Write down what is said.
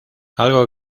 algo